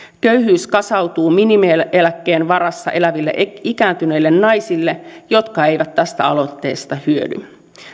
köyhyys kasautuu minimieläkkeen varassa eläville ikääntyneille naisille jotka eivät tästä aloitteesta hyödy